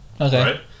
okay